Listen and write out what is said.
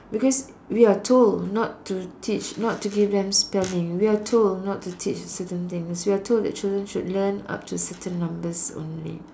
because we are told not to teach not to give them spelling we are told not to teach certain things we are told that children should learn up to certain numbers only